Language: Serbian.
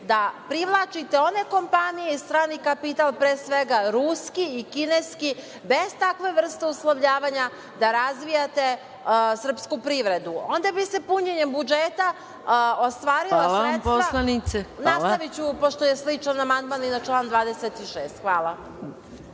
da privlačite one kompanije i strani kapital, pre svega ruski i kineski, bez takve vrste uslovljavanja da razvijate srpsku privredu. Onda bi se punjenjem budžeta ostvarila sredstva… Nastaviću, pošto je sličan amandman i na član 26. Hvala